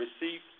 received